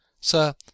Sir